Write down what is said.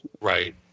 Right